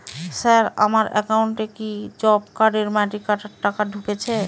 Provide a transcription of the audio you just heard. Sir আমার একাউন্টে কি জব কার্ডের মাটি কাটার টাকা ঢুকেছে?